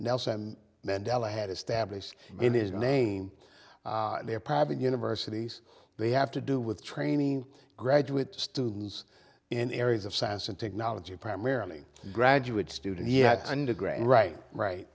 nelson mandela had established in his name there private universities they have to do with training graduate students in areas of science and technology primarily graduate student he had undergrad right right